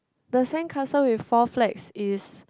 the sandcastle with four flags is